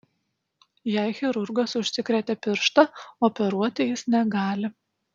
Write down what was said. jei chirurgas užsikrėtė pirštą operuoti jis negali